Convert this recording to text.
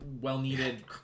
well-needed